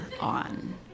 on